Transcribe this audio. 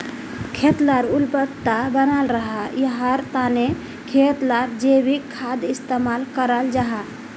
खेत लार उर्वरता बनाल रहे, याहार तने खेत लात जैविक खादेर इस्तेमाल कराल जाहा